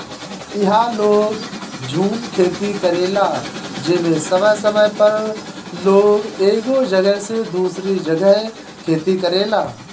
इहा लोग झूम खेती करेला जेमे समय समय पर लोग एगो जगह से दूसरी जगह खेती करेला